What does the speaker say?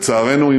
לצערנו,